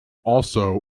also